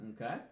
okay